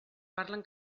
parlen